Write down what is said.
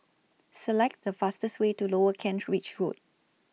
Select The fastest Way to Lower Kent Ridge Road